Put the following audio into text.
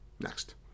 Next